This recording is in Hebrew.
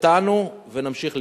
נטענו ונמשיך לנטוע.